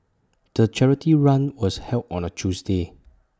the charity run was held on A Tuesday